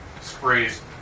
sprays